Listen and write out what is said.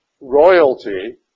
royalty